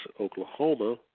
Oklahoma